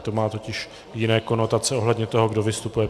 To má totiž jiné konotace ohledně toho, kdo vystupuje první.